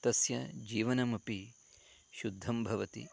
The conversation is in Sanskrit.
तस्य जीवनमपि शुद्धं भवति